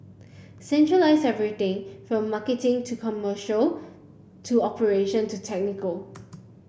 centralize everything from marketing to commercial to operation to technical